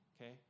okay